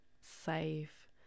safe